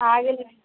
आ गेली